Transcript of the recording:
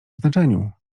znaczeniu